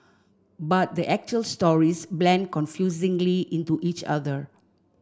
but the actual stories blend confusingly into each other